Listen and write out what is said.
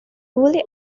wholly